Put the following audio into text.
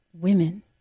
Women